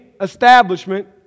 establishment